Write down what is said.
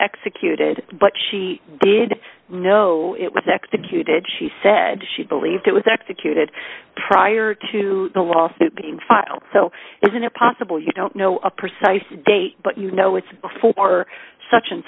executed but she did know it was executed she said she believed it was executed prior to the lawsuit being filed so isn't it possible you don't know a precise date but you know it's for such and